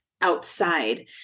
outside